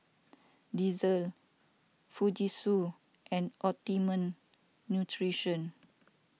Delsey Fujitsu and Optimum Nutrition